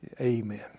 Amen